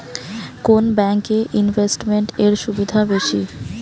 কোন ব্যাংক এ ইনভেস্টমেন্ট এর সুবিধা বেশি?